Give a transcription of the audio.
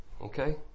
Okay